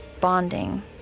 bonding